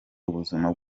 ubuzima